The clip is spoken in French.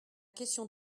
question